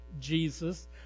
Jesus